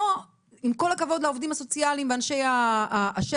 עם כל הכבוד לעובדים הסוציאליים ואנשי השטח,